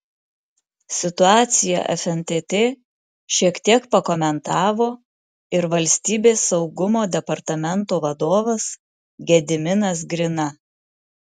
situaciją fntt šiek tiek pakomentavo ir valstybės saugumo departamento vadovas gediminas grina